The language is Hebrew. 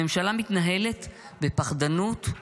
הממשלה מתנהלת בפחדנות,